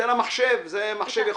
זה מחשב יכול